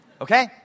Okay